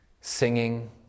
singing